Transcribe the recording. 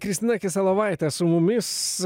kristina kiselovaitė su mumis